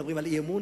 מדברים על אי-אמון?